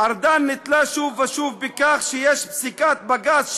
עושה עבודה נהדרת ודואג לכל צורכיהן,